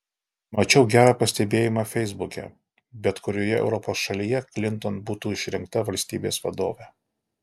mačiau gerą pastebėjimą feisbuke bet kurioje europos šalyje klinton būtų išrinkta valstybės vadove